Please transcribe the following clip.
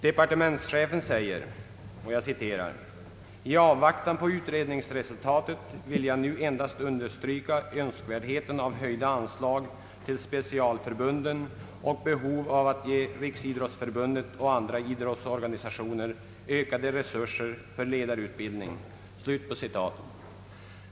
Departementschefen vill i avvaktan på utredningsresultatet understryka önskvärdheten av höjda anslag till specialförbunden och behovet av att ge Riksidrottsförbundet och andra idrottsorganisationer ökade resurser för ledarutbildning.